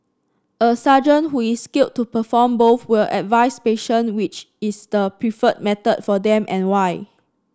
a surgeon who is skilled to perform both will advise patient which is the preferred method for them and why